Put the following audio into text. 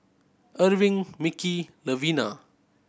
Erving Micky Levina